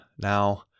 Now